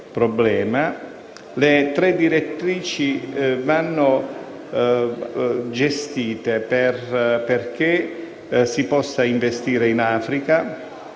le tre direttrici vanno gestite perché si possa investire in Africa,